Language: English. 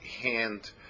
hand